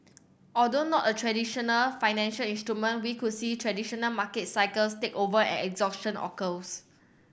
although not a traditional financial instrument we could see traditional market cycles take over and exhaustion occurs